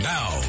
Now